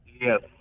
Yes